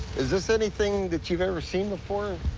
is this anything that you've ever seen before?